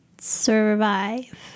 survive